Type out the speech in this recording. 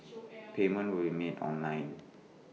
payment will be made online